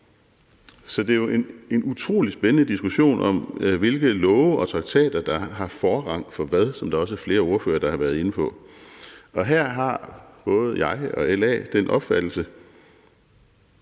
Så det er jo en utrolig spændende diskussion om, hvilke love og traktater der har forrang for hvad, som der også er flere ordførere, der har været inde på. Og her har både jeg og LA den opfattelse,